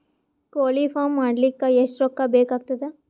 ಕೋಳಿ ಫಾರ್ಮ್ ಮಾಡಲಿಕ್ಕ ಎಷ್ಟು ರೊಕ್ಕಾ ಬೇಕಾಗತದ?